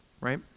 right